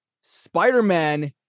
Spider-Man